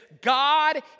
God